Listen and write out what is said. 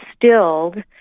distilled